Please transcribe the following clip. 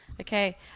Okay